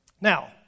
Now